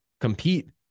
compete